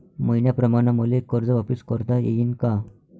मईन्याप्रमाणं मले कर्ज वापिस करता येईन का?